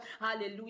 hallelujah